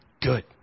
good